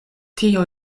tio